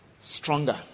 Stronger